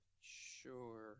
Sure